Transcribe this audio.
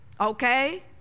Okay